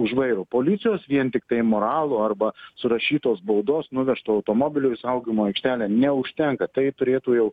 už vairo policijos vien tiktai moralo arba surašytos baudos nuvežto automobiliu į saugojimo aikštelę neužtenka tai turėtų jau